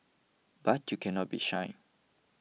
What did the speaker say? but you cannot be shy